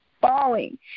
falling